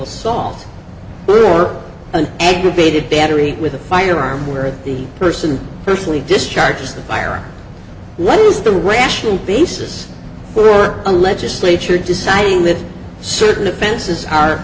assault or an aggravated battery with a firearm where the person personally discharges the fire what is the rational basis were a legislature deciding that certain offenses are